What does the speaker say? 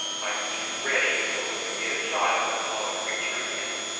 my piece ready, so as to get a shot if i saw the creature again